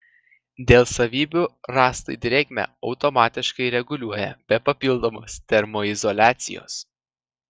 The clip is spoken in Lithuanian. dėl savybių rąstai drėgmę automatiškai reguliuoja be papildomos termoizoliacijos